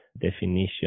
definition